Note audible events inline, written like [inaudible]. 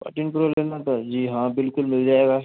[unintelligible] जी हाँ बिल्कुल मिल जाएगा